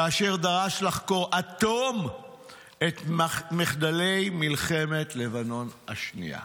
כאשר דרש לחקור עד תום את מחדלי מלחמת לבנון השנייה.